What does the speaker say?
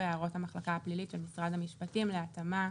הערות המחלקה הפלילית של משרד המשפטים להתאמה